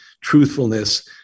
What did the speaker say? truthfulness